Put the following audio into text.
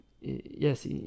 Yes